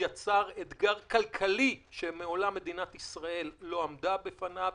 הוא יצר אתגר כלכלי שמעולם מדינת ישראל לא עמדה בפניו.